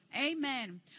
Amen